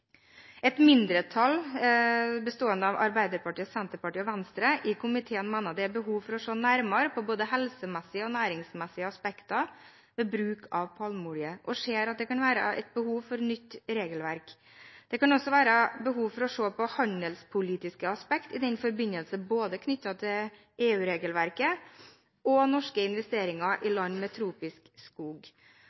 Et mindretall i komiteen, bestående av Arbeiderpartiet, Senterpartiet og Venstre, mener det er behov for å se nærmere på både helsemessige og næringsmessige aspekter ved bruk av palmeolje og mener det kan være behov for et nytt regelverk. Det kan også være behov for å se på handelspolitiske aspekter i den forbindelse, knyttet til både EU-regelverket og norske investeringer i land med tropisk skog.